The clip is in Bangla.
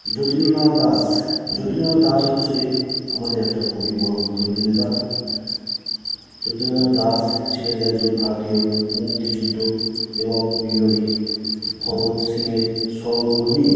যতীন্দ্রনাথ দাস যতীন্দ্রনাথ দাস হচ্ছে গিয়ে আমাদের একটা খুবই বড়ো বিপ্লবী নেতা যতীন্দ্রনাথ দাস ছিলেন একজন ভারতীয় মুক্তিযুদ্ধ এবং বিপ্লবী ভগৎ সিংয়ের সহকর্মী